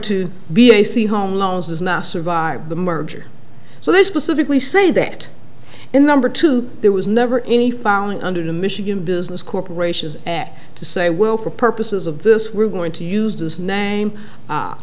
to be a c home loans does not survive the merger so they specifically say that in number two there was never any falling under the michigan business corporations act to say well for purposes of this we're going to use this name